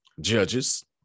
Judges